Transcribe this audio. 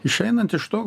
išeinant iš to